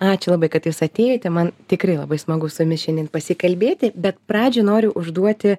ačiū labai kad jūs atėjote man tikrai labai smagu su jumis šiandien pasikalbėti bet pradžiai noriu užduoti